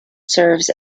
serves